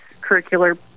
curricular